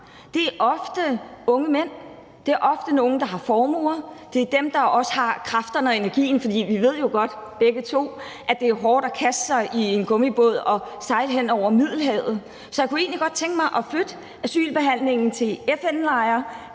Det er ofte unge mænd, det er ofte nogle, der har formuer, og det er dem, der også har kræfterne og energien, for vi ved jo godt begge to, at det er hårdt at kaste sig i en gummibåd og så sejle over Middelhavet. Så jeg kunne egentlig godt tænke mig at flytte asylbehandlingen til FN-lejre,